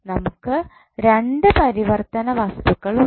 നമുക്ക് രണ്ട് പരിവർത്തന വസ്തുക്കൾ ഉണ്ട്